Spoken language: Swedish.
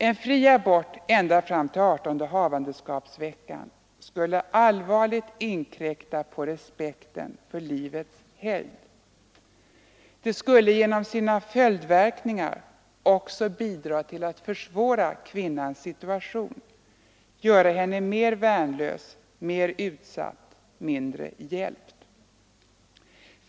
En fri abort ända fram till adertonde havandeskapsveckan skulle allvarligt inkräkta på respekten för livets helgd. Den skulle genom sina följdverkningar också bidra till att försvåra kvinnans situation, göra henne mer värnlös, mer utsatt, mindre hjälpt.